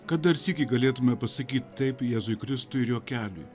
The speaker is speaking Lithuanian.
kad dar sykį galėtume pasakyt taip jėzui kristui ir jo keliui